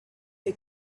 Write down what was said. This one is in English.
who